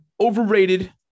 overrated